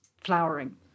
flowering